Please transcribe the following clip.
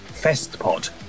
festpod